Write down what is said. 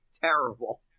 terrible